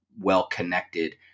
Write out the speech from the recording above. well-connected